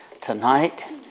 tonight